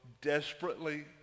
desperately